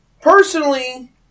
Personally